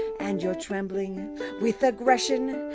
and you're trembling with aggression,